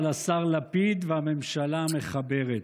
על השר לפיד ועל הממשלה המחברת.